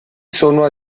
sono